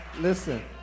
Listen